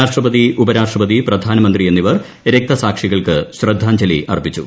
രാഷ്ട്രപതി ഉപരാഷ്ട്രപതി പ്രധാനമന്ത്രി എന്നിവർ രക്തസാക്ഷികൾക്ക് ശ്രദ്ധാഞ്ജലി അർപ്പിച്ചു